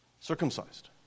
Circumcised